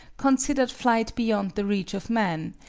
considered flight beyond the reach of man,